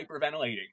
hyperventilating